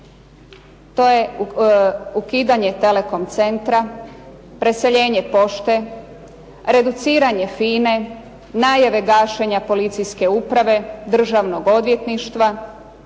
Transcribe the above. To je ukidanje Telecom centra, preseljenje pošte, reduciranje FINA-e, najave gašenja policijske uprave, državnog odvjetništva,